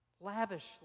lavishly